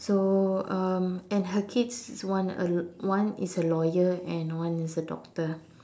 so um and her kids is one a l~ one is a lawyer and one is a doctor